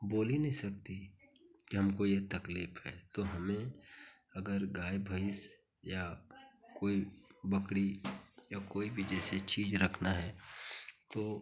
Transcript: बोल ही नहीं सकती कि हमको यह तकलीफ है तो हमें अगर गाय भैंस या कोई बकरी या कोई भी जैसे चीज़ रखना है तो